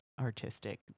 artistic